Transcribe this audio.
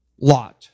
lot